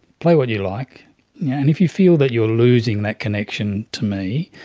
play what you like, yeah and if you feel that you're losing that connection to me,